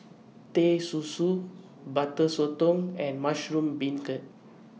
Teh Susu Butter Sotong and Mushroom Beancurd